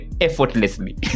effortlessly